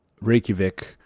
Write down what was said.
Reykjavik